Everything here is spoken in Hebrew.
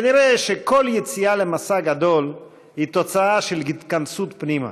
כנראה כל יציאה למסע גדול היא תוצאה של התכנסות פנימה.